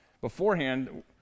beforehand